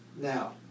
Now